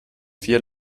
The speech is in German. vier